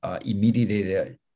immediately